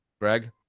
Greg